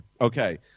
Okay